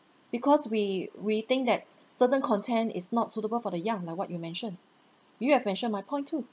because we we think that certain content is not suitable for the young like what you mentioned you have mentioned my point too